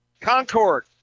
Concord